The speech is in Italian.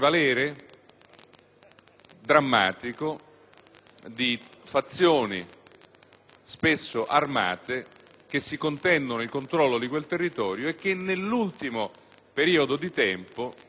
somalo e del prevalere drammatico delle fazioni, spesso armate, che si contendono il controllo di quel territorio e che nell'ultimo periodo di tempo hanno